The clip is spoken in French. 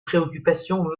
préoccupations